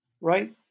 Right